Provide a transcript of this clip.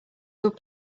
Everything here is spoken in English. good